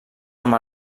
amb